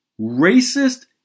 racist